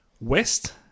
West